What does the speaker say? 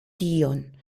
tion